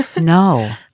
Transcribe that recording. No